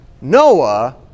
Noah